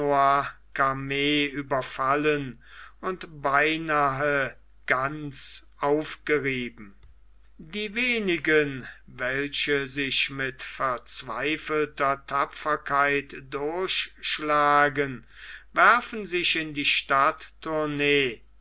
überfallen und beinahe ganz aufgerieben die wenigen welche sich mit verzweifelter tapferkeit durchgeschlagen werfen sich in die stadt tournay